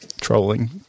trolling